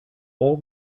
all